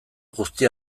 guzti